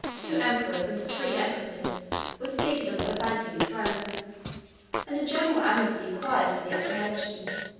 two emperors and three empresses were seated on the byzantine throne and a general amnesty quieted the apprehensions,